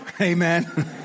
Amen